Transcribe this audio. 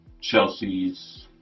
Chelsea's